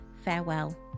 farewell